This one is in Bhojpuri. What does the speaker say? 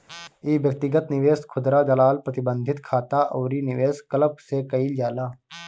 इ व्यक्तिगत निवेश, खुदरा दलाल, प्रतिबंधित खाता अउरी निवेश क्लब से कईल जाला